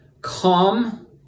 Come